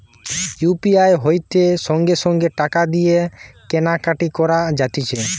UPI হইতে সঙ্গে সঙ্গে টাকা দিয়ে কেনা কাটি করা যাতিছে